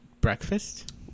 breakfast